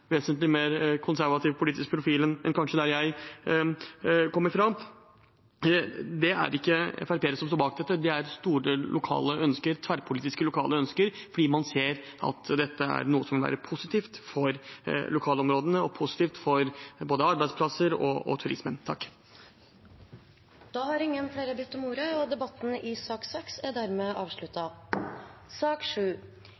vesentlig mer konservativ politisk profil enn der jeg kommer fra. Det er ikke FrP-ere som står bak dette; det er store, tverrpolitiske lokale ønsker, fordi man ser at dette er noe som vil være positivt for lokalområdene og positivt for både arbeidsplasser og turisme. Flere har ikke bedt om ordet til sak nr. 6. Etter ønske fra familie- og kulturkomiteen vil presidenten ordne debatten